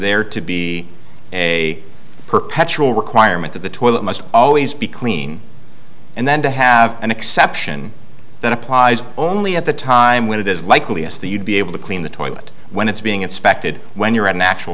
there to be a perpetual requirement that the toilet must always be clean and then to have an exception that applies only at the time when it is likely as the you'd be able to clean the toilet when it's being inspected when you're at a